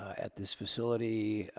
at this facility.